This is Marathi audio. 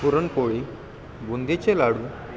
पुरणपोळी बुंदीचे लाडू